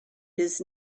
his